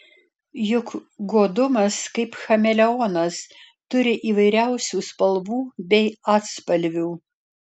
juk godumas kaip chameleonas turi įvairiausių spalvų bei atspalvių